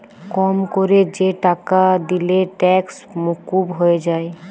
কম কোরে যে টাকা দিলে ট্যাক্স মুকুব হয়ে যায়